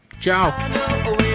ciao